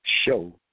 Show